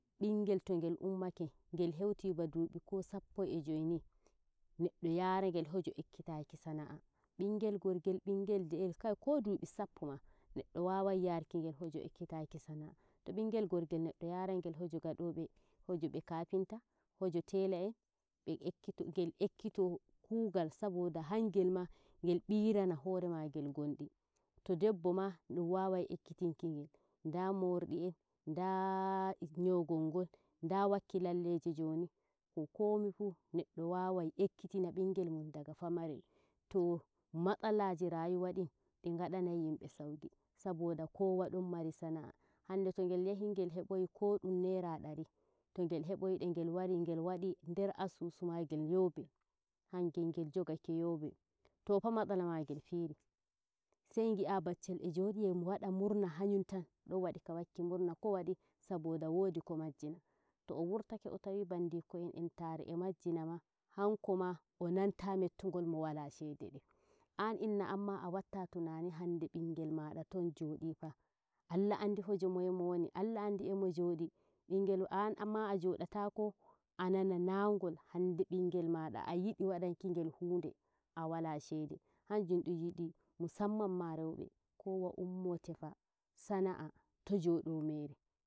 ɓingel to ngel ummatake ngel heuti ba dubi ko sappo e joyi nii neɗɗo yara ngel heje ekkitaki sana'a to ɓingel gorgel neɗɗo yarangel heje ngado be- hoje nbe kafinta. hoje tela en be ekkito ngel ekkito kugal sabida hangel ma ngel birana hore maagel gondi to ma dum wawai ekkitinkigel nda mordi en nda nyogol gol da wakki lalleji jooni, komi fuu neɗɗo wawai ekkitina bingel mudum daga pamarel to matsalajin rayuwa din, din ngadanai yimbe sauki saboda kowa don mari sana'ah hande to ngel yahi ngel heboyi ko dum naira dari to gel heboyide ngel wari ngel wdi nder asusu asusu magel yobe hangel ngel jogake yobe toofa matsala magel fiiri sai gi'ah baccel e jodi e wada murna hanyum tan donwadi ka wakki murna kowadi saboda woodi ko majjina to o wurtake o tawi bandiko en entare e majjina ma hankoma nenta mettugol mo wala shede den an inna amma a watta tunani hande ɓingel maa ton odi fa ALLAH andi heje moye mo woni ALLAH andi emo joddi ɓingel an anma ajodatako a nana moye naugol hande ɓingel mada a yidi wadanki ngel hunde awala shede